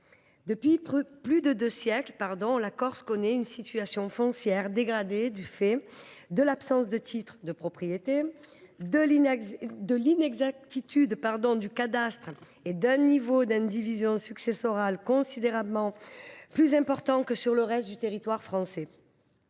depuis près de deux siècles, la Corse connaît une situation foncière dégradée du fait de l’absence de titres de propriété, de l’inexactitude du cadastre et d’un niveau d’indivision successorale considérablement plus important que sur le reste du territoire français.